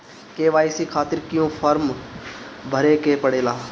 KYC खातिर क्यूं form भरे के पड़ेला?